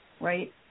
right